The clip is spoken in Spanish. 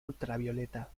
ultravioleta